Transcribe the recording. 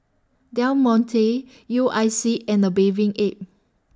Del Monte U I C and A Bathing Ape